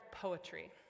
poetry